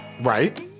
right